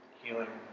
healing